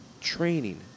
training